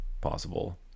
possible